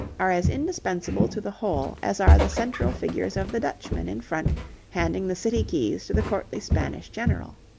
are as indispensable to the whole as are the central figures of the dutchman in front handing the city keys to the courtly spanish general.